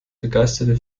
begeisterte